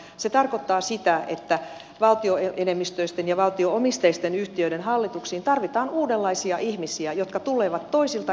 se tarkoittaa sitä että valtioenemmistöisten ja valtio omisteisten yhtiöiden hallituksiin tarvitaan uudenlaisia ihmisiä jotka tulevat toisilta elämänalueilta